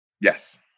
Yes